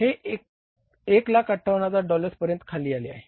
हे 158000 डॉलर्स पर्यंत आले आहे